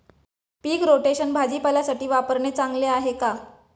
पीक rotation भाजीपाल्यासाठी वापरणे चांगले आहे का?